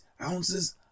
ounces